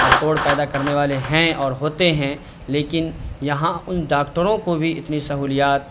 اور توڑ پیدا کرنے والے ہیں اور ہوتے ہیں لیکن یہاں ان ڈاکٹروں کو بھی اتنی سہولیات